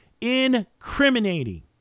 incriminating